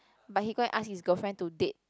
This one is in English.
but he go and ask his girlfriend to date